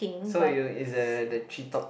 so you is the the three top